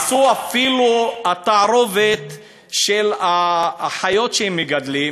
הרסו אפילו את התערובת של החיות שהם מגדלים,